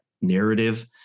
narrative